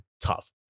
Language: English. tough